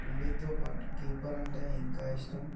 ఫీల్డింగ్తో పాటు కీపర్ అంటే ఇంకా ఇష్టం